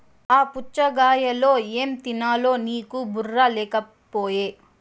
ఆ పుచ్ఛగాయలో ఏం తినాలో నీకు బుర్ర లేకపోయె